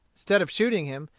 instead of shooting him,